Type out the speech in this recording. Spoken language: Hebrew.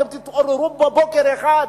אתם תתעוררו בוקר אחד,